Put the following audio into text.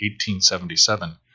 1877